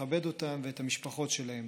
לכבד אותן ואת המשפחות שלהן.